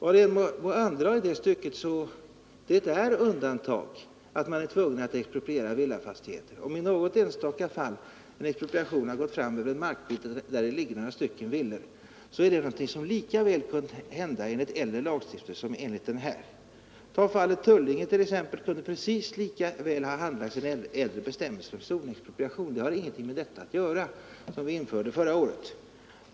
Men det är undantag att man är tvungen att expropriera villafastigheter. Om i något enstaka fall en expropriation gått fram över en markbit där det ligger några stycken villor, så är det någonting som lika väl kunnat hända enligt äldre lagstiftning som enligt den här. Ta fallet Tullinge som exempel. Det kunde precis lika gärna ha handlagts enligt äldre bestämmelser om zonexpropriation. Det har ingenting att göra med det vi införde förra året.